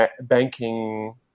banking